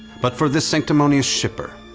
but for this sanctimonious shipper,